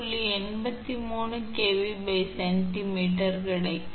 83 kVcm கிடைக்கும்